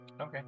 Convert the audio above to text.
Okay